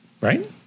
right